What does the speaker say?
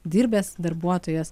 dirbęs darbuotojas